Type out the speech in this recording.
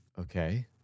Okay